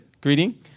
greeting